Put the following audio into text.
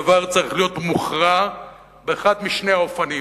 הדבר צריך להיות מוכרע באחד משני אופנים: